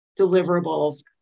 deliverables